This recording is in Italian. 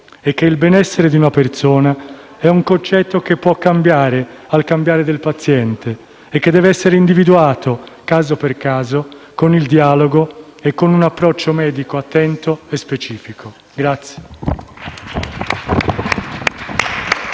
e che il benessere della persona è un concetto che può mutare al cambiare del paziente e che deve essere individuato, caso per caso, con il dialogo e con un approccio medico attento e specifico.